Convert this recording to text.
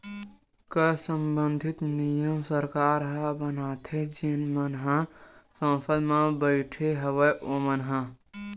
कर संबंधित नियम सरकार ह बनाथे जेन मन ह संसद म बइठे हवय ओमन ह